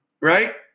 Right